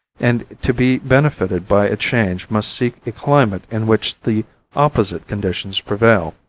and to be benefited by a change must seek a climate in which the opposite conditions prevail.